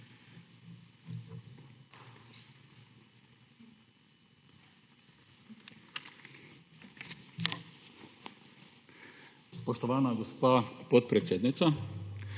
spoštovana gospa podpredsednica,